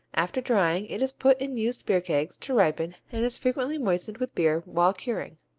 after drying it is put in used beer kegs to ripen and is frequently moistened with beer while curing.